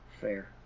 Fair